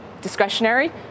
discretionary